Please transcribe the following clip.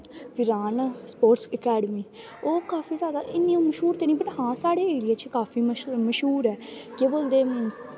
बिरान sports academy ओह् काफी जैदा इन्नी मश्हूर ते निं पर हां साढ़े एरिया च काफी मश्हूर ऐ केह् बोलदे